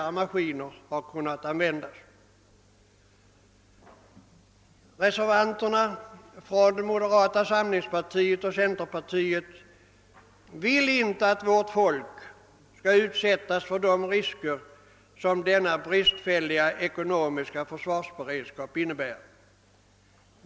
Reservanterna från moderata samlingspartiet och centerpartiet vill inte att vårt folk skall utsättas för de risker som denna bristfälliga ekonomiska försvarsberedskap innebär.